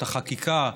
או החקיקה,